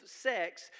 sex